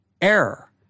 error